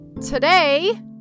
Today